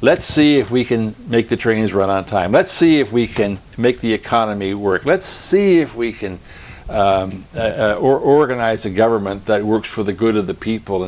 let's see if we can make the trains run on time let's see if we can make the economy work let's see if we can organize a government that works for the good of the people